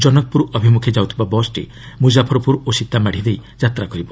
ଜନକପୁର ଅଭିମୁଖେ ଯାଉଥିବା ବସ୍ଟି ମୁଜାଫରପୁର ଓ ସୀତାମାଢ଼ି ଦେଇ ଯାତ୍ରା କରିବ